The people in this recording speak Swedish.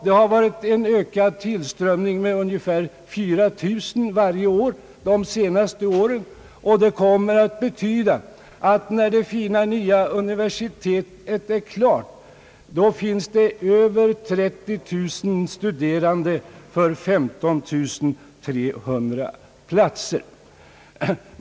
Det har varit en ökad tillströmning med ungefär 4 000 varje år under de senaste åren, och det kommer att betyda att när det fina nya universitetet är klart finns det över 30 000 studerande och 15 300 platser.